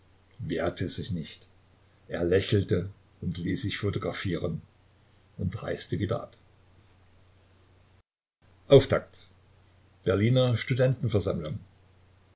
wehrte sich nicht er lächelte und ließ sich photographieren und reiste wieder ab auftakt berliner